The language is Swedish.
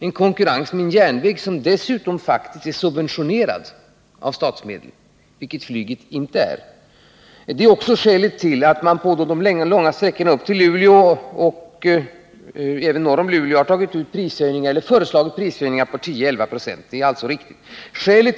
innebär konkurrens med en verksamhet som är subventionerad genom statsmedel, vilket flyget inte är. Detta är också skälet till att regeringen för de långa sträckorna upp till Luleå och även norr om Luleå har föreslagit prishöjningar på 10-11 96.